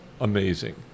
amazing